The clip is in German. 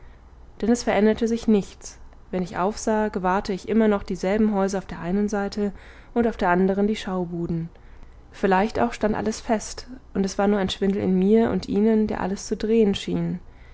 denn es veränderte sich nichts wenn ich aufsah gewahrte ich immer noch dieselben häuser auf der einen seite und auf der anderen die schaubuden vielleicht auch stand alles fest und es war nur ein schwindel in mir und ihnen der alles zu drehen schien